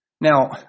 Now